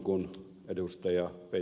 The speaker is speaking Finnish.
kun ed